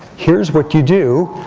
here's what you do.